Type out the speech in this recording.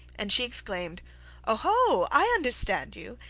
and she exclaimed oh, ho i understand you.